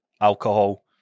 alcohol